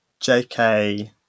JK